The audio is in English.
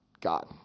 God